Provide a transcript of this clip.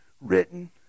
written